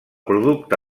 producte